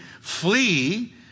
Flee